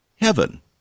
heaven